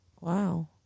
Wow